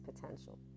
potential